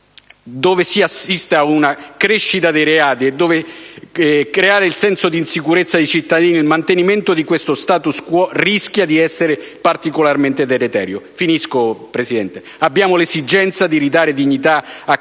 dove si assiste ad una crescita dei reati che genera un senso di insicurezza tra i cittadini, il mantenimento di questo *status quo* rischia di essere particolarmente deleterio. Concludo, signora Presidente. Abbiamo l'esigenza di ridare dignità a